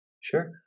Sure